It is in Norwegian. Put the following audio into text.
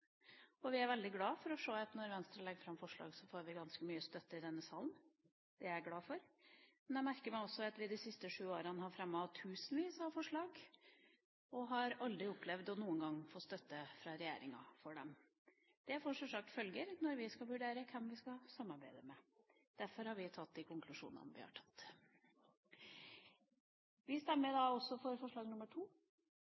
Vi er veldig glade for å se at når Venstre legger fram forslag, får vi ganske mye støtte i denne salen. Det er jeg glad for. Men jeg merker meg også at vi de siste sju årene har fremmet tusenvis av forslag, og vi har aldri noen gang opplevd å få støtte fra regjeringa for disse forslagene. Det får sjølsagt følger når vi skal vurdere hvem vi skal samarbeide med. Derfor har vi tatt de konklusjonene vi har tatt. Vi stemmer